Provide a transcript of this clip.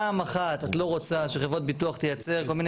פעם אחת את לא רוצה שחברת ביטוח תייצר כל מיני